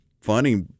funny